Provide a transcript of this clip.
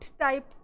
type